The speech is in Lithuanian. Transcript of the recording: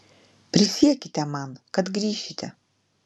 prisiekite man kad grįšite